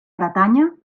bretanya